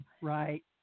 right